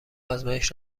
آزمایش